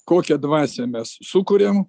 kokią dvasią mes sukuriam